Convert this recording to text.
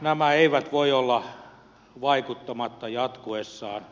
nämä eivät voi olla vaikuttamatta jatkuessaan